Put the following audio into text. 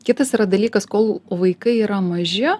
kitas yra dalykas kol vaikai yra maži